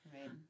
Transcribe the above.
Right